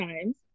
times